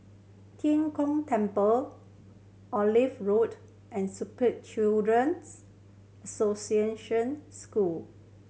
Tian Kong Temple Olive Road and Spastic Children's Association School